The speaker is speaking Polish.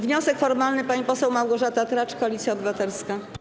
Wniosek formalny - pani poseł Małgorzata Tracz, Koalicja Obywatelska.